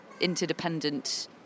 interdependent